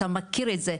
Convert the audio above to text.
אתה מכיר את זה,